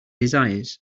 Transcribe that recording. desires